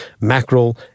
mackerel